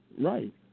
Right